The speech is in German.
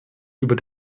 über